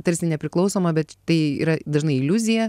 tarsi nepriklausoma bet tai yra dažnai iliuzija